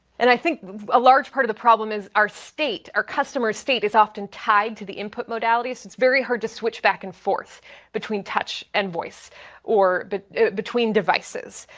and i think a large part of the problem is our state, our customers state, is often tied to the input modalities. it's very hard to switch back and forth between touch and voice or but between devices.